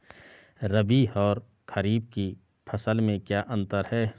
रबी और खरीफ की फसल में क्या अंतर है?